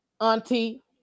auntie